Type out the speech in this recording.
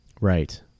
Right